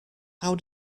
how